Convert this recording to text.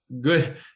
good